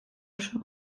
oso